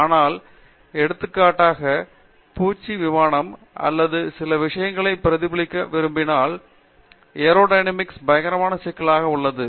ஆனால் எடுத்துக்காட்டாக பூச்சி விமானம் அல்லது சில விஷயங்களை பிரதிபலிக்க விரும்பினால் ஏரோடைனமிக்ஸ் பயங்கரமான சிக்கலாக உள்ளது